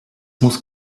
muss